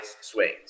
swings